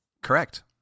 correct